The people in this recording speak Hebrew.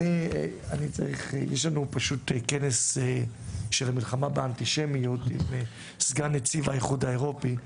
יש לנו כנס של מלחמה באנטישמיות עם סגן נציב האיחוד האירופאי.